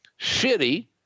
shitty